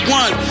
one